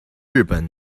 日本